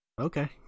Okay